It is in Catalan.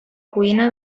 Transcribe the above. cuina